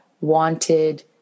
wanted